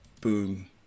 Boom